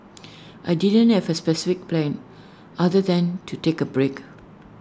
I didn't have A specific plan other than to take A break